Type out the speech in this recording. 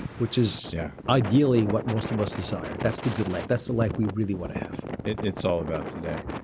which is yeah ideally what most of us desire. that's the good life. that's the life we really want to have. it's all about today.